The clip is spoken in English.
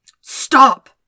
Stop